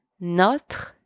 notre